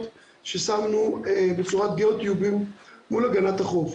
ששמנו בצורת גיאוטיובים מול הגנת החוף.